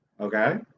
okay